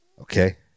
Okay